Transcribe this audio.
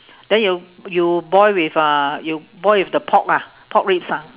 then you you boil with uh you boil with the pork ah pork ribs ah